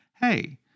hey